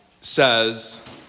says